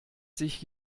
sich